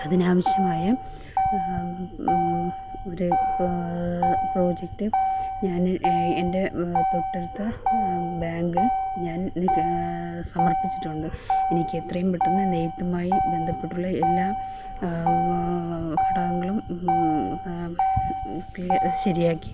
അതിനാവശ്യമായ ഒരു പ്രോജക്റ്റ് ഞാൻ എൻ്റെ തൊട്ടടുത്ത ബാങ്കിൽ ഞാൻ സമർപ്പിച്ചിട്ടുണ്ട് എനിക്കെത്രയും പെട്ടന്ന് നെയ്ത്തുമായി ബന്ധപ്പെട്ടുള്ള എല്ലാ ഘടകങ്ങളും ക്ലിയർ ശരിയാക്കി